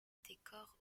décor